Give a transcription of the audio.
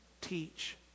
teach